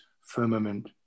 firmament